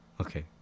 okay